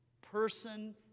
person